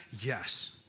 Yes